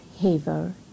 Haver